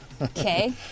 Okay